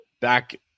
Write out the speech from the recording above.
back